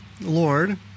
Lord